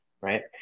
Right